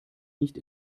nicht